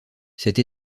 cette